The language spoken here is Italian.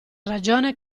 ragione